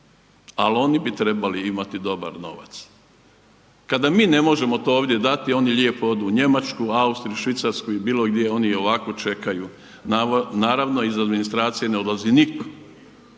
ali oni bi trebali imati dobar novac. Kada mi ne možemo to ovdje dati, oni lijepo odu u Njemačku, Austriju, Švicarsku, bilogdje, oni i ovako čekaju naravno, iz administracije ne odlazi nitko,